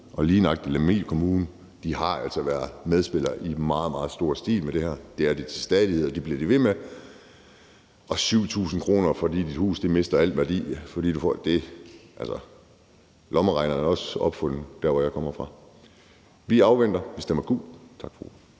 og lige nøjagtig Lemvig Kommune har altså været medspillere i meget, meget stor stil i det her. Det er de til stadighed, og det bliver de ved med. Og så er der de 7.000 kr., fordi dit hus mister al værdi? Altså, lommeregneren er også opfundet der, hvor jeg kommer fra. Vi afventer. Vi stemmer gult. Tak for